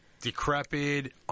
decrepit